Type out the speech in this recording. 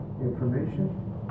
information